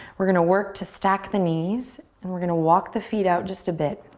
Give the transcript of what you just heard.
we're gonna work to stack the knees and we're gonna walk the feet out just a bit.